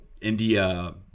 India